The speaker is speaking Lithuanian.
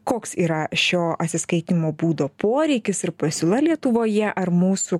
koks yra šio atsiskaitymo būdo poreikis ir pasiūla lietuvoje ar mūsų